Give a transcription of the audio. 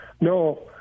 No